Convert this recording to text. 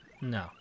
No